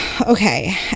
Okay